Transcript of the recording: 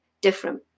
different